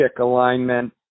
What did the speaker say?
alignment